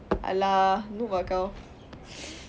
!alah! noob lah kau